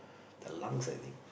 the lungs I think